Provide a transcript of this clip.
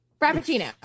Frappuccino